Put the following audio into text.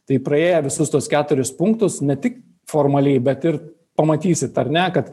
tai praėję visus tuos keturis punktus ne tik formaliai bet ir pamatysit ar ne kad